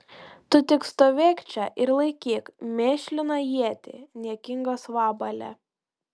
tu tik stovėk čia ir laikyk mėšliną ietį niekingas vabale